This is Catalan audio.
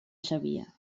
sabia